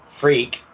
freak